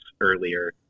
earlier